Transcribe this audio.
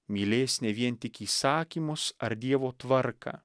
mylės ne vien tik įsakymus ar dievo tvarką